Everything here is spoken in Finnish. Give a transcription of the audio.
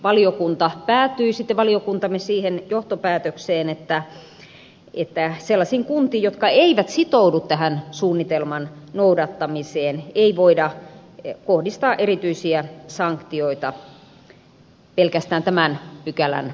valiokuntamme päätyi sitten siihen johtopäätökseen että sellaisiin kuntiin jotka eivät sitoudu tähän suunnitelman noudattamiseen ei voida kohdistaa erityisiä sanktioita pelkästään tämän pykälän nojalla